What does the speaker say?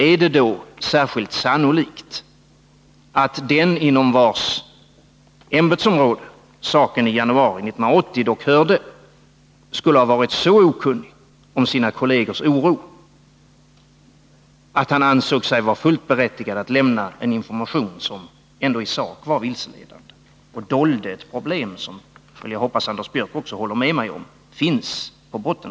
Är det då särskilt troligt att den inom vars ämbetsområde saken i januari 1980 dock hörde skulle varit så okunnig om sina kollegers oro, att han ansåg sig vara fullt berättigad att lämna en information, som ändå i sak var vilseledande och dolde problem som jag hoppas Anders Björck håller med mig finns i botten?